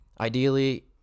ideally